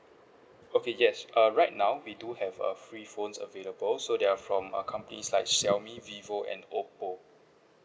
okay yes uh right now we do have a free phones available so they are from uh companies like xiaomi vivo and oppo